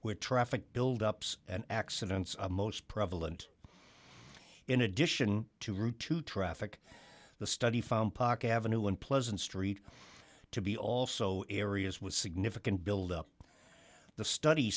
where traffic build ups and accidents are most prevalent in addition to route two traffic the study found poc ave unpleasant street to be also areas with significant build up the study